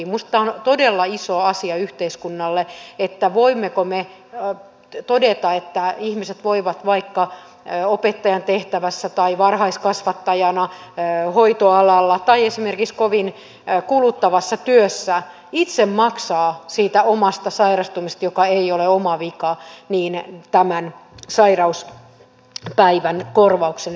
minusta tämä on todella iso asia yhteiskunnalle voimmeko me todeta että ihmiset voivat vaikka opettajan tehtävässä tai varhaiskasvattajina hoitoalalla tai esimerkiksi kovin kuluttavassa työssä itse maksaa siitä omasta sairastumisesta joka ei ole oma vika tämän sairauspäivän korvauksen